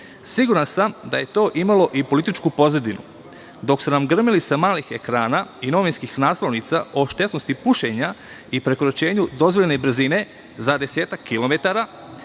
Siguran sam da je to imalo i političku pozadinu. Dok ste nam grmeli sa malih ekrana i novinskih naslovnica o štetnosti pušenja i prekoračenju dozvoljene brzine za 10-ak kilometara,